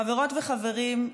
חברות וחברים,